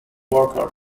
worker